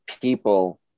people